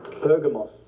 Pergamos